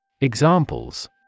Examples